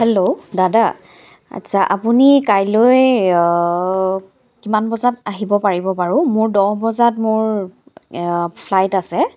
hello দাদা আচ্ছা আপুনি কাইলৈ কিমান বজাত আহিব পাৰিব বাৰু মোৰ দহ বজাত মোৰ ফ্লাইট আছে